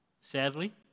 Sadly